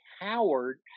Howard